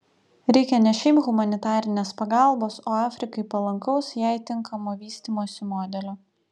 reikia ne šiaip humanitarinės pagalbos o afrikai palankaus jai tinkamo vystymosi modelio